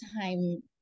time